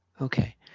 Okay